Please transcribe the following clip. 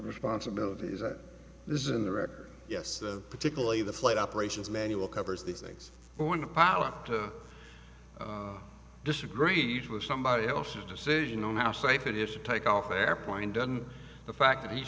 responsibilities at this in the record yes the particularly the flight operations manual covers these things when the power to disagreed with somebody else's decision on how safe it is to take off airplane done the fact that the